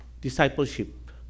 discipleship